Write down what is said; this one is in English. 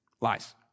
Lies